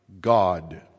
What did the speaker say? God